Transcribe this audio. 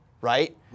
right